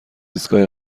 ایستگاه